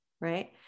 Right